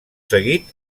seguit